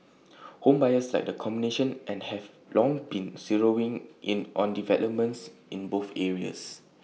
home buyers like the combination and have long been zeroing in on developments in both areas